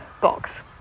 box